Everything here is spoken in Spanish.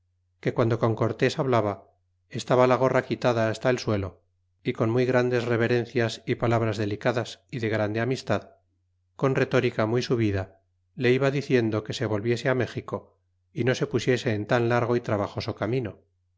que guando con cortés hablaba estaba la gorra quitada hasta el suelo y cortés partió de méxico en el mes de octubre de go mara crónica de la nace esp con muy grandes reverencias y palabras delicadas y de grande amistad con retórica muy su bida le iba diciendo que se volviese á méxico y no se pusiese en tan largo y trabajoso camino